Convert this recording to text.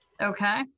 Okay